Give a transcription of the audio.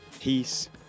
peace